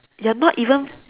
you're not even